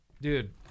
dude